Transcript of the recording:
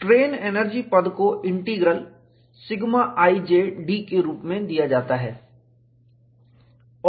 strain energy पद को integral σij dके रूप में दिया जाता है